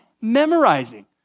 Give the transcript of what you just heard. memorizing